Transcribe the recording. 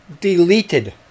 deleted